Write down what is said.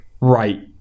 right